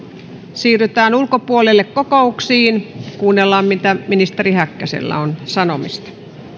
siirrytään ulkopuolelle kokouksiin kuunnellaan mitä ministeri häkkäsellä on sanomista